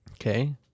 Okay